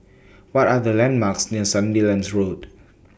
What Are The landmarks near Sandilands Road